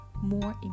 more